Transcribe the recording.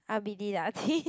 I'll be deducting